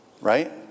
Right